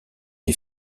les